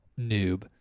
Noob